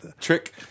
trick